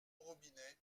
robinet